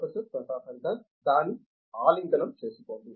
professor Pratap Haridas దాన్ని ఆలింగనం చేసుకోండి